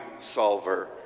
solver